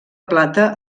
plata